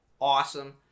Awesome